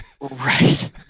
Right